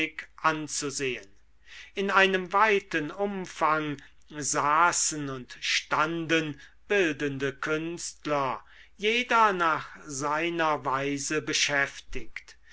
anzusehen in einem weiten umfang saßen und standen bildende künstler jeder nach seiner weise beschäftigt